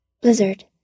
Blizzard